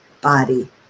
body